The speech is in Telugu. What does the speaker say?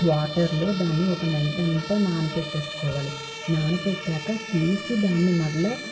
వాటర్లో దాన్ని ఒక నైట్ అంతా నాన పెట్టేసుకోవాలి నానపెట్టాక తీసి దాన్ని మరలా